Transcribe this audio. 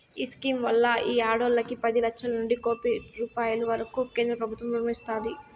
ఈ స్కీమ్ వల్ల ఈ ఆడోల్లకి పది లచ్చలనుంచి కోపి రూపాయిల వరకూ కేంద్రబుత్వం రుణం ఇస్తాది